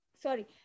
Sorry